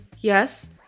Yes